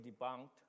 debunked